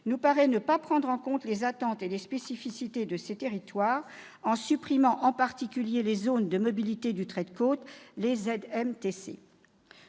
nous paraît ne pas prendre en compte les attentes et les spécificités de ces territoires, en supprimant, en particulier, les zones de mobilité du trait de côte, les ZMTC.